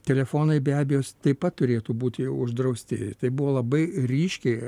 telefonai be abejo taip pat turėtų būti uždrausti tai buvo labai ryškiai